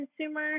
consumer